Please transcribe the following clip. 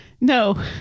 No